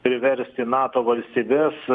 priversti nato valstybes